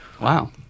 Wow